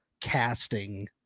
casting